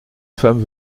femme